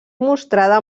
mostrada